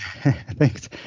Thanks